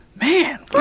Man